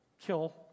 kill